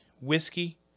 whiskey